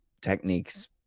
techniques